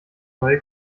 neue